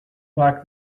back